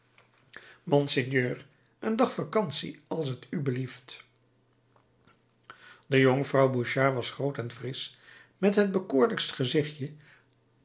monseigneur een dag vacantie als t u belieft de jonkvrouw bouchard was groot en frisch met het bekoorlijkst gezichtje